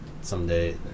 someday